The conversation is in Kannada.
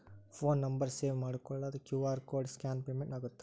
ಫೋನ್ ನಂಬರ್ ಸೇವ್ ಮಾಡಿಕೊಳ್ಳದ ಕ್ಯೂ.ಆರ್ ಕೋಡ್ ಸ್ಕ್ಯಾನ್ ಪೇಮೆಂಟ್ ಆಗತ್ತಾ?